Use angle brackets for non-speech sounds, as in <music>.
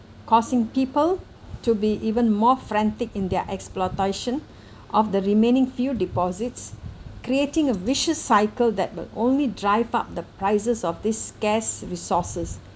causing people to be even more frantic in their exploitation <breath> of the remaining fuel deposits creating a vicious cycle that will only drive up the prices of these scarce resources